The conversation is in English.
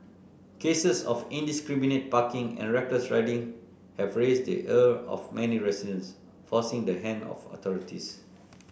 cases of indiscriminate parking and reckless riding have raised the ire of many residents forcing the hand of authorities